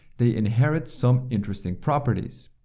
they inherit some interesting properties.